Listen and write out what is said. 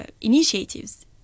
initiatives